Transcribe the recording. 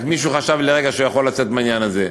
רק מישהו חשב לרגע שהוא יכול לצאת מהעניין הזה.